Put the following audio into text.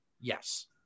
Yes